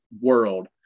world